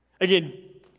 Again